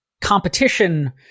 competition